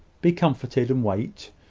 be comforted, and wait.